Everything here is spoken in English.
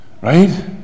right